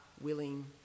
willing